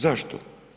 Zašto?